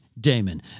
Damon